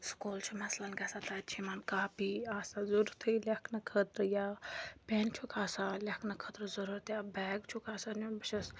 school چھِ مثلاً گژھان تَتہِ چھِ یِمَن کاپی آسان ضوٚرتھٕے لٮ۪کھنہٕ خٲطرٕ یا پٮ۪ن چھُکھ آسان لٮ۪کھنہٕ خٲطرٕ ضوٚرَتھ یا بیگ چھُکھ آسان نیُن بہٕ چھَس